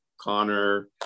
Connor